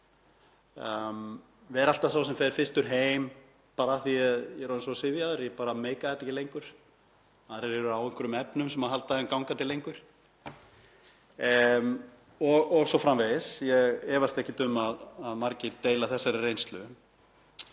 vera alltaf sá sem fer fyrstur heim, bara af því að ég er orðinn svo syfjaður, ég bara meika það ekki lengur. Aðrir eru á einhverjum efnum sem halda þeim gangandi lengur o.s.frv. Ég efast ekkert um að margir deila þessari reynslu,